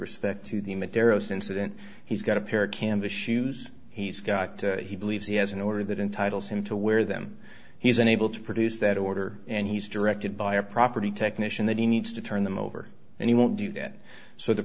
respect to the materials incident he's got a pair of canvas shoes he's got he believes he has an order that entitle him to wear them he's unable to produce that order and he's directed by a property technician that he needs to turn them over and he won't do that so the